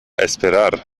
esperar